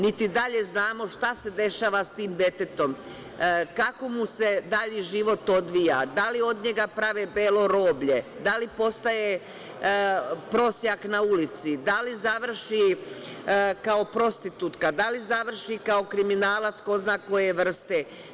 Niti dalje znamo šta se dešava sa tim detetom, kako mu se dalji živo odvija, da li od njega prave belo roblje, da li postaje prosjak na ulici, da li završi kao prostitutka, da li završi kao kriminalac ko zna koje vrste.